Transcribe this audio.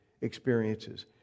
experiences